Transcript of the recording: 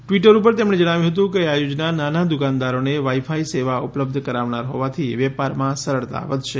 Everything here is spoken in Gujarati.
ટ્વિટર ઉપર તેમણે જણાવ્યું હતું કે આ યોજના નાના દુકાનદારોને વાઈ ફાઈ સેવા ઉપલબ્ધ કરાવનાર હોવાથી વેપારમાં સરળતા વધશે